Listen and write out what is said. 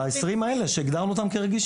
ב-20 האלה שהגדרנו אותם כרגישים.